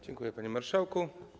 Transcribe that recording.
Dziękuję, panie marszałku.